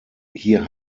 hier